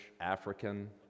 African